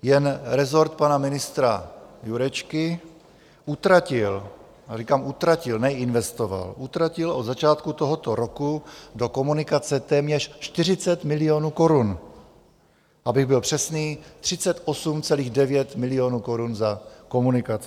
Jen rezort pana ministra Jurečky utratil, a říkám utratil, ne investoval, utratil od začátku tohoto roku do komunikace téměř 40 milionů korun, abych byl přesný, 38,9 milionu korun za komunikaci.